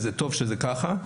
וטוב שזה ככה,